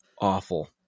awful